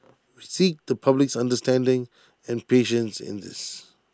we seek the public's understanding and patience in this